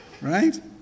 right